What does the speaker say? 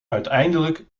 uiteindelijk